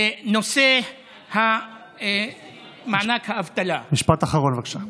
נושא מענק האבטלה, משפט אחרון, בבקשה.